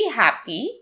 happy